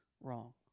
wrong